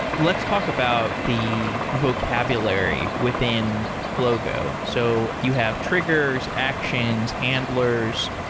let's talk about the vocabulary within flogo. so you have triggers, actions, handlers,